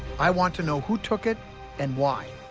i want to know who took it and why.